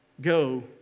Go